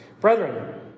Brethren